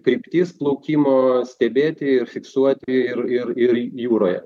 kryptis plaukimo stebėti fiksuoti ir ir ir jūroje